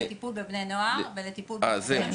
לטיפול בבני נוער ולטיפול במבוגרים,